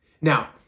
Now